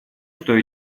что